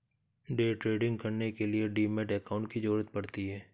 day trading करने के लिए डीमैट अकांउट की जरूरत पड़ती है